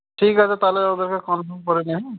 আচ্ছা ঠিক আছে তাহলে ওদেরকে কনফার্ম করে নে হ্যাঁ